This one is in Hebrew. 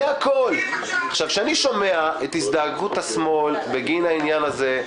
זה הכול כשאני שומע את הזדעקות השמאל בגין העניין הזה,